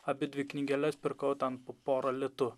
abidvi knygeles pirkau ten po porą litų